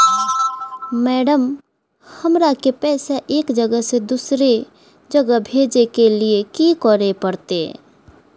Madam, हमरा के पैसा एक जगह से दुसर जगह भेजे के लिए की की करे परते?